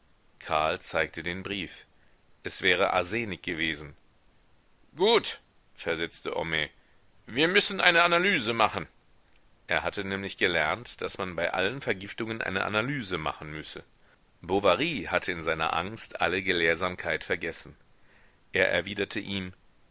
karl zeigte den brief es wäre arsenik gewesen gut versetzte homais wir müssen eine analyse machen er hatte nämlich gelernt daß man bei allen vergiftungen eine analyse machen müsse bovary hatte in seiner angst alle gelehrsamkeit vergessen er erwiderte ihm